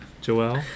Joel